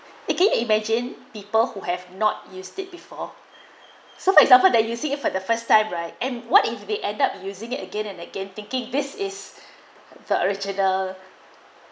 you can you imagine people who have not used it before so for example that using it for the first time right and what if they end up using it again and again thinking this is the original